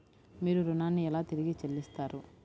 మీరు ఋణాన్ని ఎలా తిరిగి చెల్లిస్తారు?